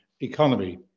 Economy